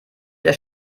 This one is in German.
der